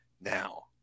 now